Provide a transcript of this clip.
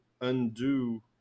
undo